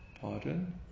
Pardon